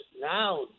Now